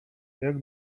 jak